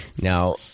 Now